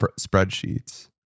spreadsheets